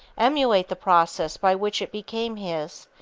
emulate the process by which it became his,